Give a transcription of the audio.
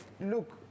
look